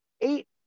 eight